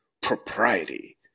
propriety